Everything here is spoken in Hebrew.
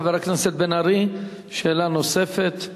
חבר הכנסת בן-ארי, שאלה נוספת.